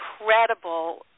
incredible